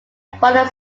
bonded